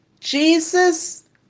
Jesus